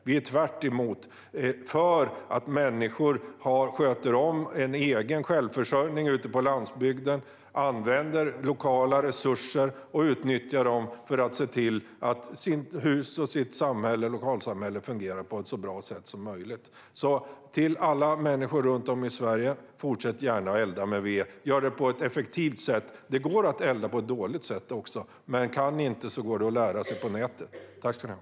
Vi är tvärtom för att människor sköter om sin självförsörjning ute på landsbygden genom att använda och utnyttja lokala resurser så att hus och lokalsamhällen fungerar på ett så bra sätt som möjligt. Till alla människor runt om i Sverige: Fortsätt gärna att elda med ved, och gör det på ett effektivt sätt! Det går att elda på ett dåligt sätt också, men det går att lära sig på nätet hur man gör rätt.